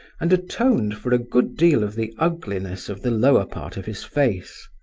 and atoned for a good deal of the ugliness of the lower part of his face.